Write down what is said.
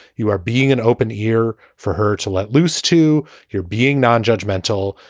you are being an open ear for her to let loose, to hear, being non-judgmental.